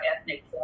ethnic